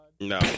No